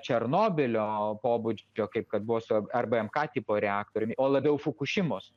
černobylio pobūdžio kaip kad buvo su rbmk tipo reaktoriumi o labiau fukušimos